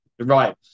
Right